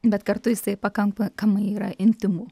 bet kartu jisai pakankamai yra intymu